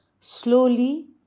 slowly